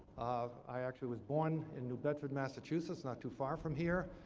um i actually was born in new bedford, massachusetts, not too far from here.